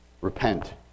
Repent